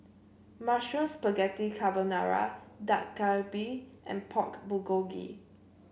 Mushroom Spaghetti Carbonara Dak Galbi and Pork Bulgogi